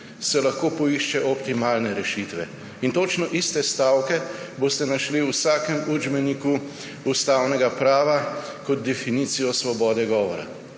se lahko poišče optimalne rešitve. Točno iste stavke boste našli v vsakem učbeniku ustavnega prava kot definicijo svobode govora.